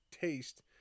taste